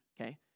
okay